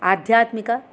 आध्यात्मिक